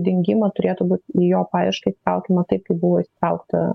dingimą turėtų būti į jo paiešką įsitraukiama taip kaip buvo įsitraukta